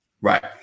Right